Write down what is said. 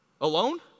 Alone